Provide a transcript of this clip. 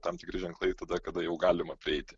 tam tikri ženklai tada kada jau galima prieiti